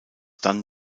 dann